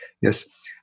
Yes